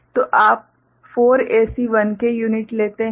तो आप 4 ऐसी 1K यूनिट लेते हैं